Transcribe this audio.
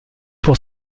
pour